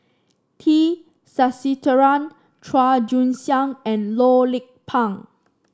T Sasitharan Chua Joon Siang and Loh Lik Peng